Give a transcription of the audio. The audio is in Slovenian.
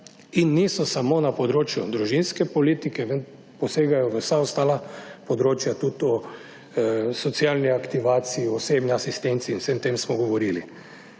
in niso samo na področju družinske politike, posegajo v vsa ostala področja, tudi v socialni aktivaciji, osebni asistenci in vsem tem smo govorili.